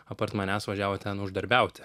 apart manęs važiavo ten uždarbiauti